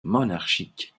monarchique